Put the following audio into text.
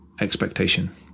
expectation